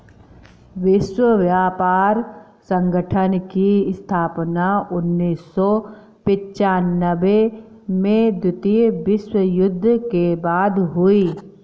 विश्व व्यापार संगठन की स्थापना उन्नीस सौ पिच्यानबें में द्वितीय विश्व युद्ध के बाद हुई